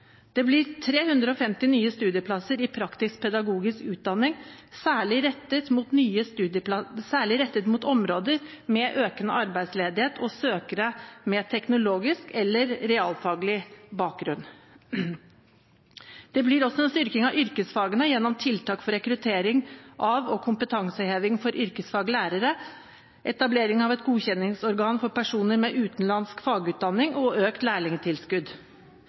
Det blir 350 nye studieplasser i praktisk-pedagogisk utdanning, særlig rettet mot områder med økende arbeidsledighet og søkere med teknologisk eller realfaglig bakgrunn. Det blir også en styrking av yrkesfagene gjennom tiltak for rekruttering av og kompetanseheving for yrkesfaglærere, etablering av et godkjenningsorgan for personer med utenlandsk fagutdanning og økt lærlingtilskudd.